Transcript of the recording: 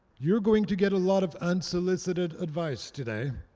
you're going to get a lot of unsolicited advice today.